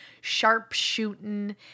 sharp-shooting